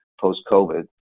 post-COVID